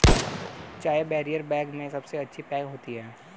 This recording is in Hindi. चाय बैरियर बैग में सबसे अच्छी पैक होती है